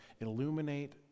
illuminate